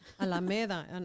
Alameda